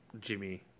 Jimmy